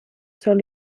sol